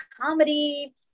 comedy